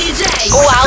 Wow